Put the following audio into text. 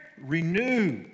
renew